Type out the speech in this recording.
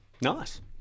Nice